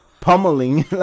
pummeling